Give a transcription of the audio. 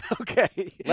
Okay